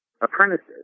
apprentices